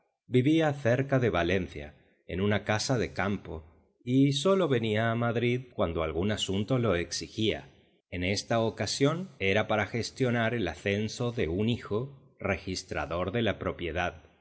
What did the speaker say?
vivía cerca de valencia en una casa de campo y sólo venía a madrid cuando algún asunto lo exigía en esta ocasión era para gestionar el ascenso de un hijo registrador de la propiedad